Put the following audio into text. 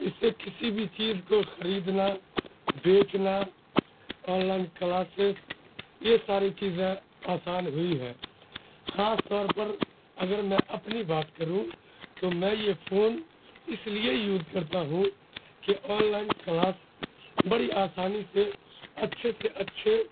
اس سے کسی بھی چیز کو خریدنا بیچنا آن لائن کلاسیز یہ ساری چیزیں آسان ہوئی ہیں خاص طور پر اگر میں اپنی بات کروں تو میں یہ فون اس لیے یوز کرتا ہوں کہ آن لائن کلاس بڑی آسانی سے اچھے سے اچھے